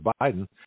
Biden